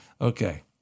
Okay